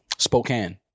Spokane